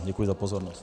Děkuji za pozornost.